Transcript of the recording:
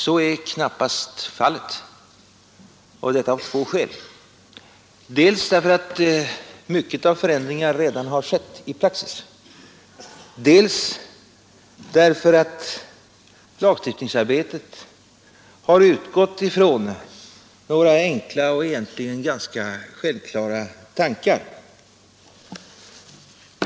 Så är knappast fallet, och detta av två skäl: dels därför att mycket av förändringar redan har skett i praxis, dels därför att lagstiftningsarbetet har utgått ifrån några enkla och egentligen ganska självklara tankar.